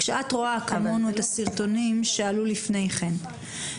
כשאת רואה כאן את הסרטונים שעלו לפני כן,